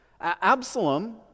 Absalom